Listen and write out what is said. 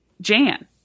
Jan